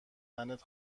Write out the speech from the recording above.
تنت